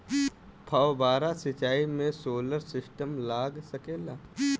फौबारा सिचाई मै सोलर सिस्टम लाग सकेला?